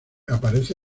aparece